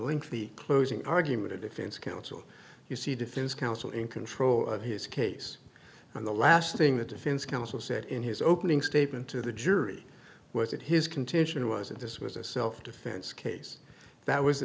to the closing argument of defense counsel you see defense counsel in control of his case and the last thing the defense counsel said in his opening statement to the jury was that his contention was that this was a self defense case that was the